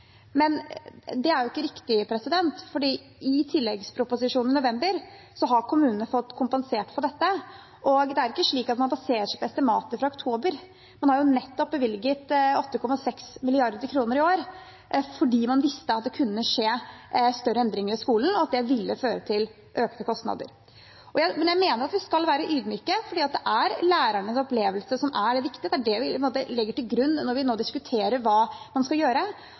Men det er jo ikke riktig, for i tilleggsproposisjonen i november ble kommunene kompensert for dette. Det er heller ikke slik at man baserer seg på estimater fra oktober. Man har jo nettopp bevilget 8,6 mrd. kr i år fordi man visste at det kunne skje større endringer i skolen, og at det ville føre til økte kostnader. Men vi skal være ydmyke, for det er lærernes opplevelse som er viktig. Det er det vi legger til grunn når vi nå diskuterer hva man skal gjøre.